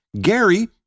gary